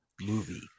movie